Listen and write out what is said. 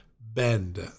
bend